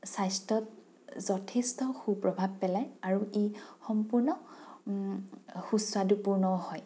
স্বাস্থ্যত যথেষ্ট সুপ্ৰভাৱ পেলায় আৰু ই সম্পূৰ্ণ সুস্বাদুপূৰ্ণও হয়